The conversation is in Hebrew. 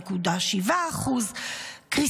הסיוע האמריקאי